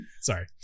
Sorry